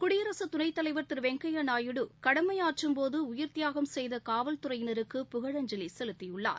குடியரசு துணைத்தலைவர் திரு வெங்கையா நாயுடு கடனம ஆற்றும்போது உயிர்த்தியாகம் செய்த காவல்துறையினருக்கு புகழஞ்சலி செலுத்தியுள்ளார்